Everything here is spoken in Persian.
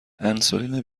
انسولین